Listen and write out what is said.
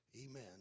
amen